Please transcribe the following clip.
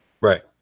Right